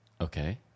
Okay